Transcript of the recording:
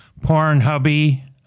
Pornhubby